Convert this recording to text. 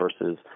versus